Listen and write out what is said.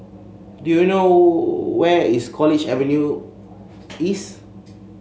do you know where is College Avenue East